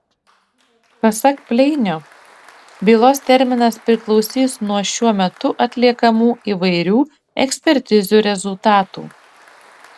pasak pleinio bylos terminas priklausys nuo šiuo metu atliekamų įvairių ekspertizių rezultatų